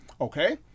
Okay